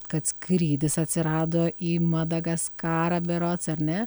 kad skrydis atsirado į madagaskarą berods ar ne